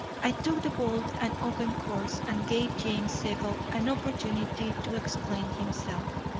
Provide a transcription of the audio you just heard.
i took the bold and open course and gave james zabel an opportunity to explain himself.